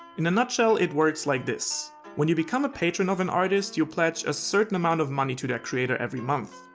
in a nutshell, it works like this when you become a patron of an artist you pledge a certain amount of money to that creator every month.